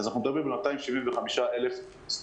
אז אנחנו מדברים על 275,000 סטודנטים.